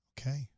Okay